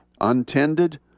untended